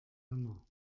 männer